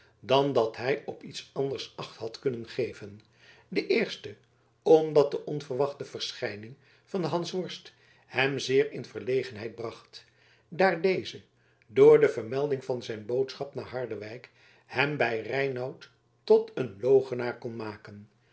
dan dat hij op iets anders acht had kunnen geven de eerste omdat de onverwachte verschijning van den hansworst hem zeer in verlegenheid bracht daar deze door de vermelding van zijn boodschap naar harderwijk hem bij reinout tot een logenaar kon maken